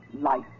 life